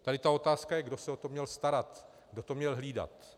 Tady ta otázka je, kdo se o to měl starat, kdo to měl hlídat.